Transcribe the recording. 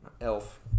Elf